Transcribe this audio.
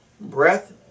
Breath